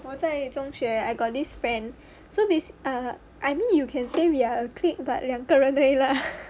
我在中学 I got this friend so this basi~ err I mean you can say we are a clique but 两个人而已 lah